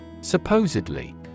Supposedly